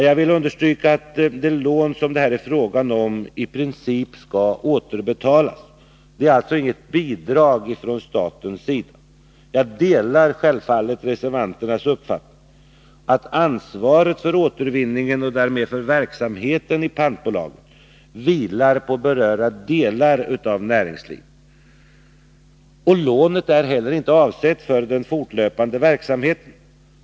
Jag vill understryka att det lån som det här är fråga om i princip skall återbetalas. Det är alltså inget bidrag från staten. Jag delar självfallet reservanternas uppfattning att ansvaret för återvinningen och därmed för verksamheten i pantbolaget vilar på berörda delar av näringslivet. Och lånet är inte heller avsett för den fortlöpande verksamheten.